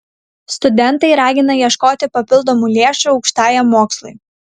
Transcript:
studentai ragina ieškoti papildomų lėšų aukštajam mokslui